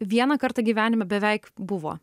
vieną kartą gyvenime beveik buvo